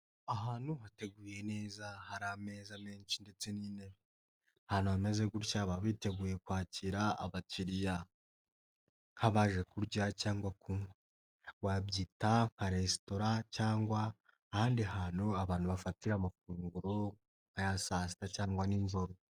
Ahantu hateguye neza hari ameza menshi ndetse n'intebe. Ahantu bameze gutya baba biteguye kwakira abakiriya nk'abaje kurya cyangwa babyita paresitora, cyangwa ahandi hantu abantu bafatira amafunguro nk'aya saa sita cyangwa ninjoro.